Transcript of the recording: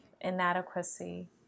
inadequacy